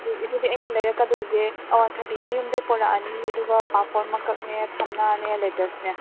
ꯎꯝ ꯑꯗꯨꯗꯤ ꯑꯩꯅ ꯂꯩꯔꯛꯀꯗꯣꯏꯁꯦ ꯑꯋꯥꯊꯕꯤ ꯑꯃ ꯌꯨꯝꯗꯩ ꯄꯨꯔꯛꯑꯅꯤ ꯑꯗꯨꯒ ꯄꯥꯐꯣꯔ ꯃꯀꯛꯅꯦ ꯊꯝꯅꯥꯅꯦ ꯂꯦꯇꯤꯁꯀꯥ